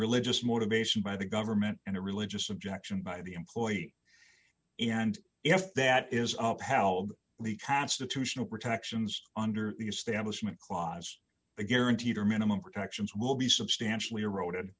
religious motivation by the government and a religious objection by the employee and if that is how the constitutional protections under the establishment clause the guaranteed or minimum protections will be substantially eroded